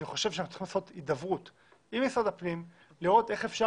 אני חושב שאנחנו צריכים לעשות הידברות עם משרד הפנים ולראות איך אפשר